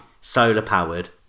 solar-powered